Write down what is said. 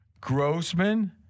Grossman